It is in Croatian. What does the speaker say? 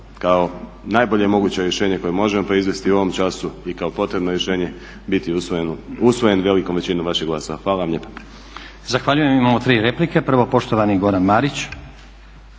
kao najbolje moguće rješenje koje možemo proizvesti u ovom času i kao potrebno rješenje biti usvojen velikom većinom vaših glasova. Hvala vam lijepa.